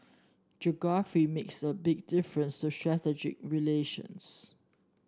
geography makes a big difference to strategy relations